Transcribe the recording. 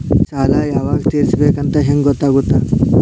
ಸಾಲ ಯಾವಾಗ ತೇರಿಸಬೇಕು ಅಂತ ಹೆಂಗ್ ಗೊತ್ತಾಗುತ್ತಾ?